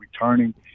returning